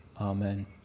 Amen